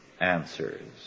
answers